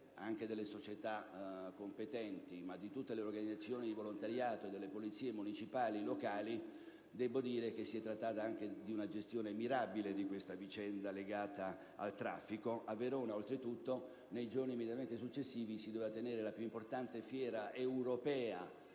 delle società competenti e di tutte le organizzazioni di volontariato e delle polizie municipali e locali, vi è stata una gestione mirabile della situazione legata al traffico. A Verona, oltretutto, nei giorni immediatamente successivi, doveva svolgersi la più importante fiera europea